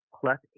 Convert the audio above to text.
plus